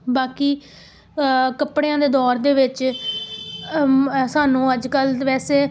ਬਾਕੀ ਕੱਪੜਿਆਂ ਦੇ ਦੌਰ ਦੇ ਵਿੱਚ ਸਾਨੂੰ ਅੱਜ ਕੱਲ੍ਹ ਵੈਸੇ